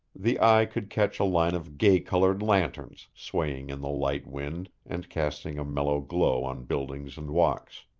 the eye could catch a line of gay-colored lanterns, swaying in the light wind, and casting a mellow glow on buildings and walks.